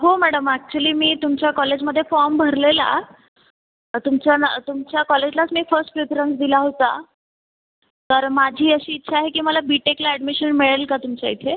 हो madam actually मी तुमच्या कॉलेजमध्ये फॉर्म भरलेला तर तुमच्या ना तुमच्या कॉलेजलाच मी फर्स्ट प्रीफरन्स दिला होता तर माझी अशी इच्छा आहे की मला बी टेकला ऍडमिशन मिळेल का तुमच्या इथे